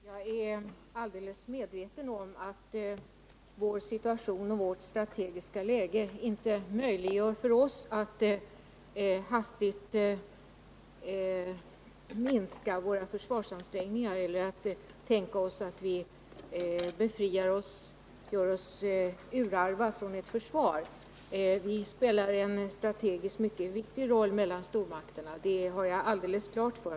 Herr talman! Jag är helt medveten om att vår situation och vårt strategiska läge inte möjliggör för oss att hastigt minska våra försvarsansträngningar eller att lägga ner vårt försvar. Jag är fullt på det klara med att vi spelar en strategiskt mycket viktig roll mellan stormakterna.